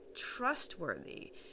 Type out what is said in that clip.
trustworthy